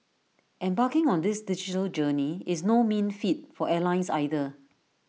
embarking on this digital journey is no mean feat for airlines either